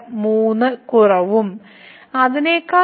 ഇത് നമുക്ക് 115 കുറവും f ഉം പിന്നീട് 2 ഇവിടെ ചേർത്താൽ ഇത് 94 ആയിരിക്കും